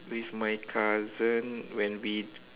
with my cousin when we